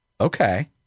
Okay